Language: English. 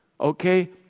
Okay